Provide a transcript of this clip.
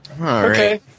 Okay